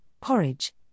porridge